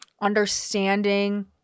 understanding